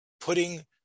putting